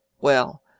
Well